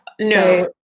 No